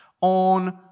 on